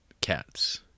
cats